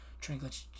Trinkets